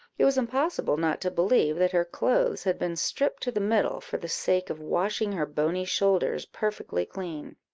it was impossible not to believe that her clothes had been stripped to the middle, for the sake of washing her bony shoulders perfectly clean.